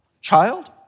child